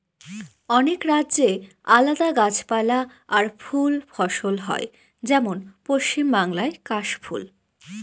অনেক রাজ্যে আলাদা গাছপালা আর ফুল ফসল হয় যেমন পশ্চিম বাংলায় কাশ ফুল